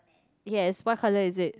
yes what colour is it